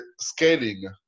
scaling